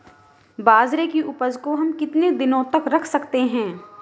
बाजरे की उपज को हम कितने दिनों तक रख सकते हैं?